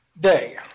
day